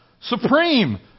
supreme